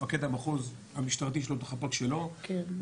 מפקד המחוז המשטרתי יש לו את החפ"ק שלו --- כן.